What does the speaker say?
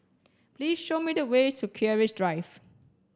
please show me the way to Keris Drive